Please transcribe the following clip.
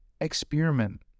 experiment